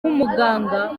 nk’umuganga